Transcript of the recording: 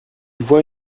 vois